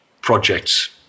projects